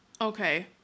Okay